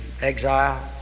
exile